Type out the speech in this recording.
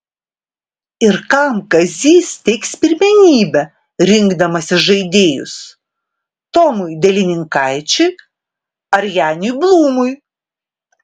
ir kam kazys teiks pirmenybę rinkdamasis žaidėjus tomui delininkaičiui ar janiui blūmui